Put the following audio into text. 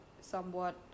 somewhat